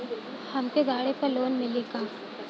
हमके गाड़ी पर लोन मिली का?